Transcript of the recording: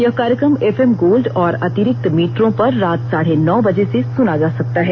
यह कार्यक्रम FM gold और अतिरिक्त मीटरों पर रात साढे नौ बजे से सुना जा सकता है